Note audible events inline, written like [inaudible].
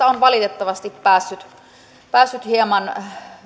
[unintelligible] on valitettavasti päässyt päässyt hieman